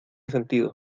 sentido